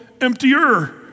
emptier